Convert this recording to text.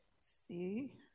see